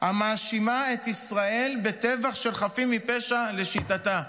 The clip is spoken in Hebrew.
המאשימה את ישראל בטבח של חפים מפשע, לשיטתה.